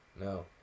No